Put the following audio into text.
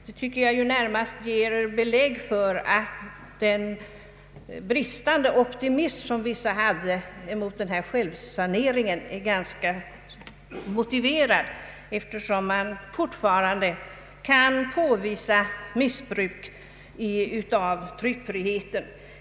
Detta tycker jag närmast ger belägg för att den brist på optimism som vissa har haft mot en självsanering är ganska motiverad. Fortfarande kan nämligen påvisas missbruk av tryckfriheten.